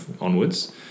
onwards